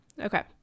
Okay